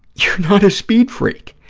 you're not a speed freak,